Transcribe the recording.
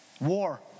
War